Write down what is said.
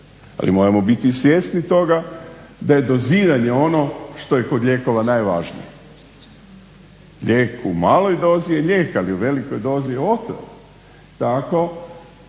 Ali moramo biti svjesni toga da je doziranje ono što je kod lijekova najvažnije. Lijek u maloj dozi je lijek, ali u velikoj dozi je otrov.